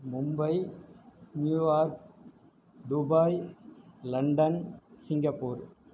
Mumbai New York Dubai London Singapore